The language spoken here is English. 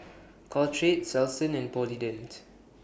Caltrate Selsun and Polident